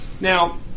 now